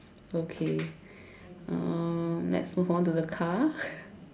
okay um let's move on to the car